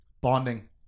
bonding